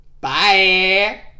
Bye